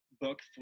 book